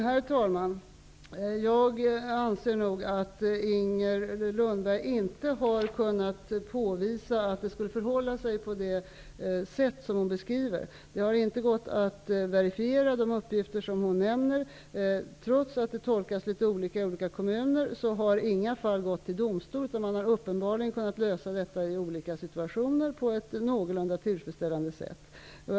Herr talman! Jag anser att Inger Lundberg inte har kunnat påvisa att det skulle förhålla sig på det sätt som Inger Lundberg beskriver. De uppgifter som hon nämner har inte gått att verifiera. Trots att det tolkas litet olika i olika kommuner, har inga fall gått till domstol. Uppenbarligen har man i olika situationer på ett någorlunda tillfredsställande sätt kunnat lösa detta.